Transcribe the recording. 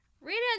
Rita